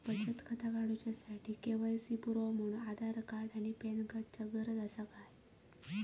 बचत खाता काडुच्या साठी के.वाय.सी पुरावो म्हणून आधार आणि पॅन कार्ड चा गरज आसा काय?